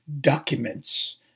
documents